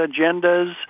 agendas